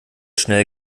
schnell